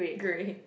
grey